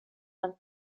man